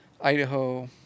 Idaho